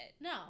No